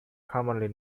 commonly